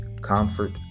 Comfort